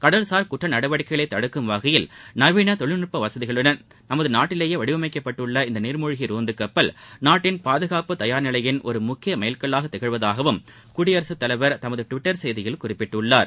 கடல்சார் குற்ற நடவடிக்கைகளை தடுக்கும் வகையில் நவீன தொழில்நுட்ப வசதிகளுடன் நமது நாட்டிலேயே வடிவமைக்கப்பட்டுள்ள இந்த நீர்மூழ்கி ரோந்து கப்பல் நாட்டின் பாதுகாப்பு தயார் நிலையின் ஒரு முக்கிய மைல் கல்லாக திகழ்வதாகவும் குடியரகத் தலைவர் தமது டுவிட்டர் செய்தியில் குறிப்பிட்டுள்ளார்